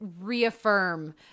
reaffirm